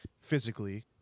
physically